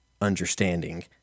understanding